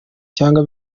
cyangwa